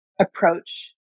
approach